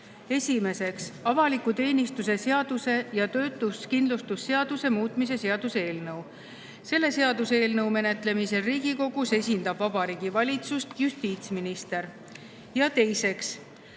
Esimeseks, avaliku teenistuse seaduse ja töötuskindlustuse seaduse muutmise seaduse eelnõu. Selle seaduseelnõu menetlemisel Riigikogus esindab Vabariigi Valitsust justiitsminister. Teiseks,